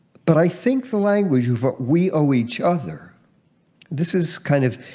but i think the language of what we owe each other this is kind of